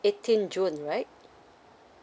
eighteenth june right